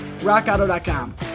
rockauto.com